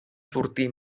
sortir